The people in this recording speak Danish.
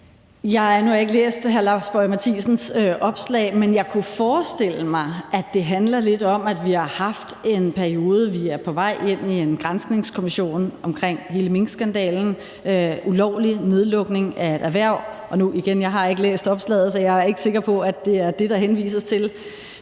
Nu har jeg ikke læst hr. Lars Boje Mathiesens opslag, men jeg kunne forestille mig, at det handler lidt om, at vi har haft en periode, hvor vi er på vej ind i en granskningskommission omkring hele minkskandalen, en ulovlig nedlukning af et erhverv. Og igen har jeg ikke læst opslaget, så jeg er ikke sikker på, at det er det, der henvises til.